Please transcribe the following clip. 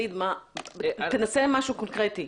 תנסה משהו קונקרטי.